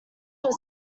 were